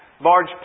large